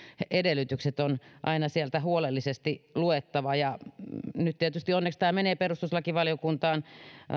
edellytykset on aina sieltä huolellisesti luettava onneksi tämä nyt menee perustuslakivaliokuntaan